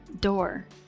door